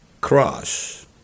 cross